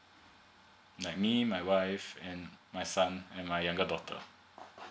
like me my wife and my son and my younger daughter